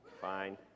Fine